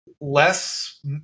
Less